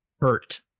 Hurt